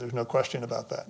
there is no question about that